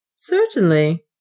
Certainly